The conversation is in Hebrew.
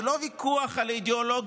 זה לא ויכוח על אידיאולוגיה,